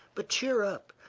but cheer up.